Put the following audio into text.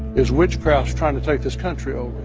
is witchcraft's trying to take this country over.